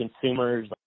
consumers